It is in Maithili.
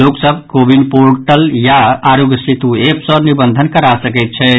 लोक सभ कोविन पोर्टल या आरोग्य सेतु एप सँ निबंधन करा सकैत छथि